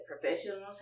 professionals